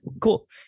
cool